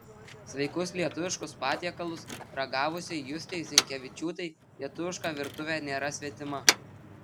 sveikus lietuviškus patiekalus ragavusiai justei zinkevičiūtei lietuviška virtuvė nėra svetima